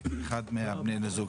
רק לאחד מבני הזוג,